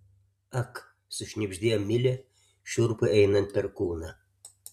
ak sušnibždėjo milė šiurpui einant per kūną